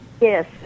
yes